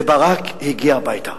וברק הגיע הביתה.